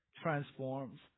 transforms